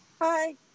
Hi